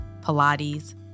Pilates